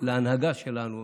בהנהגה שלנו.